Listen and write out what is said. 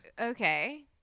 okay